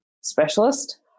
specialist